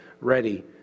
ready